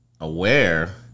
aware